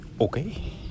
okay